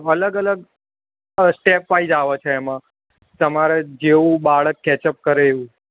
અલગ અલગ સ્ટેપવાઈસ આવે છે એમાં તમારે જેવું બાળક કેચ અપ કરે એવું